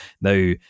Now